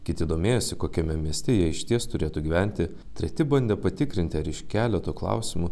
kiti domėjosi kokiame mieste jie išties turėtų gyventi treti bandė patikrinti ar iš keleto klausimų